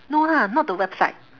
no lah not the website